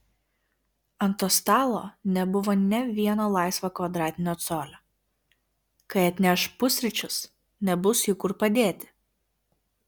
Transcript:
ant to stalo nebuvo nė vieno laisvo kvadratinio colio kai atneš pusryčius nebus jų kur padėti